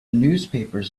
newspapers